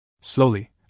Slowly